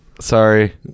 Sorry